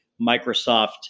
Microsoft